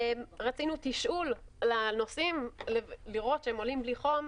רצינו תשאול לנוסעים, שהם עולים בלי חום.